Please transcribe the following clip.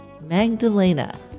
Magdalena